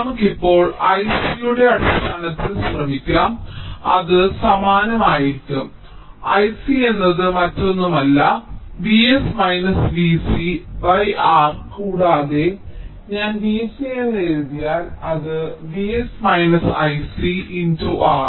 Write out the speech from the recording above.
നമുക്കും ഇപ്പോൾ I c യുടെ അടിസ്ഥാനത്തിൽ ശ്രമിക്കാം അത് സമാനമായിരിക്കും I c എന്നത് മറ്റൊന്നുമല്ല V s V c R കൂടാതെ ഞാൻ V c എന്ന് എഴുതിയാൽ അത് V s I c × R